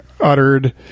uttered